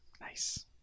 Nice